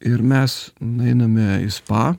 ir mes nueiname į spa